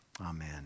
amen